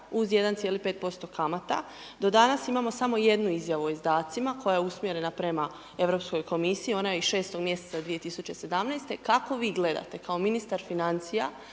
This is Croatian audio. uz 1,5% kamata, do danas imao samo jednu izjavu o izdacima, koja je usmjerena prema Europskom komisiji, ona je iz 6-og mjeseca 2017., kako vi gledate kao ministar financija